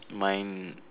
mine